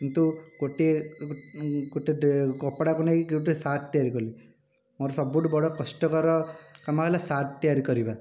କିନ୍ତୁ ଗୋଟିଏ ଗୋଟିଏ ଡ଼େ କପଡ଼ାକୁ ନେଇ ଗୋଟିଏ ସାର୍ଟ ତିଆରି କଲି ମୋର ସବୁଠାରୁ ବଡ଼ କଷ୍ଟକର କାମ ହେଲା ସାର୍ଟ ତିଆରି କରିବା